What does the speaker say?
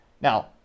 Now